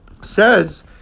says